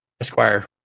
Esquire